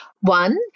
one